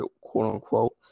quote-unquote